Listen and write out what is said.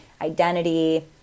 identity